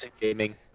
gaming